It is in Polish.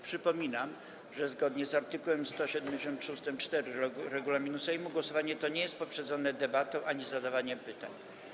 Przypominam, że zgodnie z art. 173 ust. 4 regulaminu Sejmu głosowanie to nie jest poprzedzone debatą ani zadawaniem pytań.